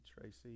Tracy